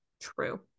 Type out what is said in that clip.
true